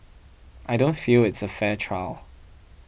I don't feel it's a fair trial